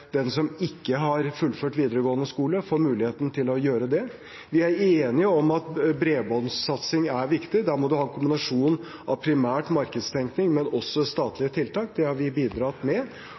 den som ikke har fullført videregående skole, får muligheten til å gjøre det. Vi er enige om at bredbåndsatsing er viktig. Der må man ha kombinasjon av primært markedstenkning og også statlige tiltak. Det har vi bidratt med.